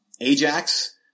Ajax